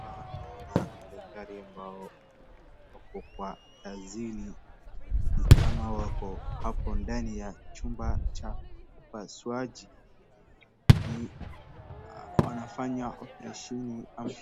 Hapa naona madaktari ambao wako kwa kazini. Ni kama wako hapo ndani ya chumba cha upasuaji. Ni wanafanya operesheni ama